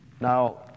Now